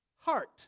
Heart